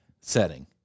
Setting